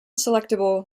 selectable